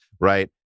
right